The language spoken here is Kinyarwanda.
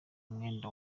umwenda